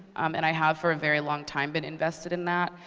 and i have, for a very long time, been invested in that.